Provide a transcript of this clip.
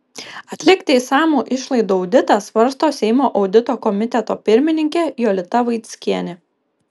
atlikti išsamų išlaidų auditą svarsto seimo audito komiteto pirmininkė jolita vaickienė